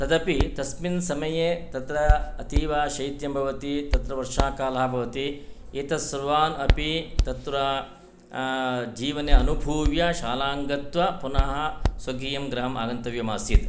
तदपि तस्मिन् समये तत्र अतीव शैत्यं भवति तत्र वर्षाकालः भवति एतत् सर्वान् अपि तत्र जीवने अनुभूव्य शालाङ्गत्वा पुनः स्वकीयं ग्रामम् आगन्तव्यम् आसीत्